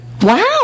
Wow